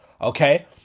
Okay